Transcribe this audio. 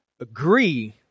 agree